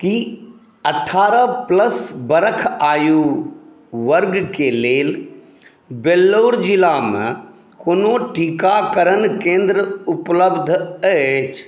की अठारह प्लस बरख आयु वर्गके लेल वेल्लोर जिलामे कोनो टीकाकरण केंद्र उपलब्ध अछि